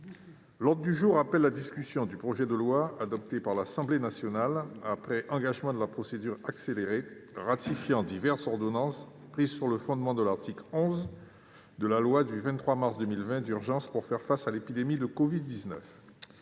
L'ordre du jour appelle la discussion du projet de loi, adopté par l'Assemblée nationale après engagement de la procédure accélérée, ratifiant diverses ordonnances prises sur le fondement de l'article 11 de la loi n° 2020-290 du 23 mars 2020 d'urgence pour faire face à l'épidémie de covid-19